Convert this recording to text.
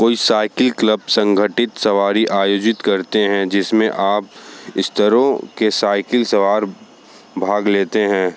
कोई cycle club संगठित सवारी आयोजित करते हैं जिसमें आप स्तरों के साइकिल सवार भाग लेते हैं